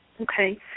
Okay